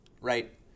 Right